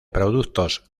productos